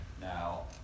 now